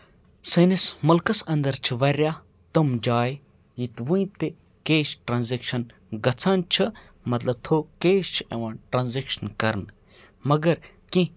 سٲنِس مُلکَس اَنٛدَر چھِ واریاہ تِم جایہِ ییٚتہِ وٕنۍ تہِ کیش ٹرانزیکشَن گژھان چھِ مطلب تھوٚو کیش چھِ یِوان ٹرانزیکشَن کَرنہٕ مگر کیٚنہہ